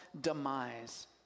demise